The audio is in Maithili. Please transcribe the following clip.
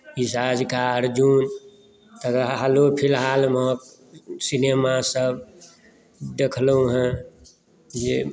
आज का अर्जुन तकर बाद हालो फिलहालमे सिनेमासभ देखलहुँ हेँ जे